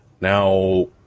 Now